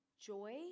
joy